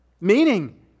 Meaning